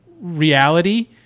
reality